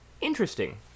interesting